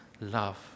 love